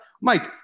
Mike